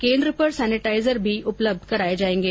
केंद्र पर सैनेटाइजर भी उपलब्ध कराए जाएंगे